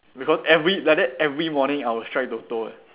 because every like that every morning I will strike Toto eh